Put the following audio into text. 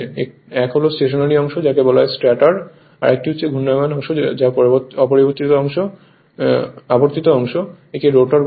1 হল স্টেশনারি অংশ যাকে বলা হয় স্ট্যাটার আরেকটি হচ্ছে ঘূর্ণায়মান অংশ বা আবর্তিত অংশ একে রোটার বলে